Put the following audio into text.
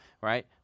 right